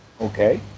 Okay